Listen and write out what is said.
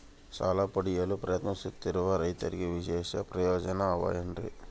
ಸಾಲ ಪಡೆಯಲು ಪ್ರಯತ್ನಿಸುತ್ತಿರುವ ರೈತರಿಗೆ ವಿಶೇಷ ಪ್ರಯೋಜನ ಅವ ಏನ್ರಿ?